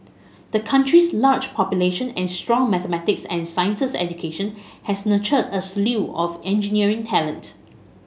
the country's large population and strong mathematics and sciences education has nurtured a slew of engineering talent